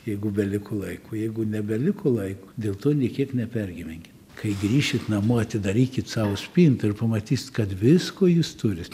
jeigu beliko laiko jeigu nebeliko laiko dėl to nė kiek nepergyvenkit kai grįšit namo atidarykit savo spintą ir pamatysit kad visko jūs turit